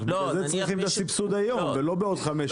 בגלל זה אנחנו צריכים את הסבסוד היום ולא בעוד חמש שנים.